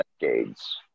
decades